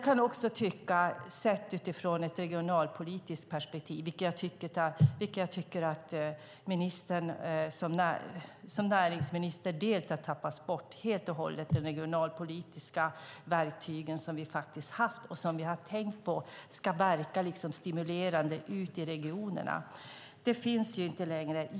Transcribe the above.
Jag tycker att näringsministern helt och hållet har tappat bort de regionalpolitiska verktyg som vi har haft och som vi tänkt ska verka stimulerande ute i regionerna. De finns inte längre.